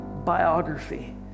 biography